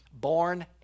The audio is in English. born